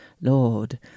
Lord